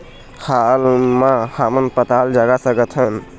हाल मा हमन पताल जगा सकतहन?